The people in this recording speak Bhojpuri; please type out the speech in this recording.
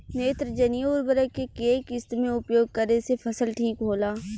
नेत्रजनीय उर्वरक के केय किस्त मे उपयोग करे से फसल ठीक होला?